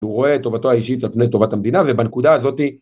הוא רואה את טובתו האישית על פני טובת המדינה ובנקודה הזאתי